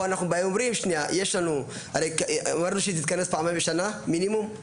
אמרנו שהיא תתכנס פעמיים בשנה מינימום.